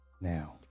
Now